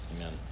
Amen